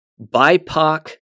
bipoc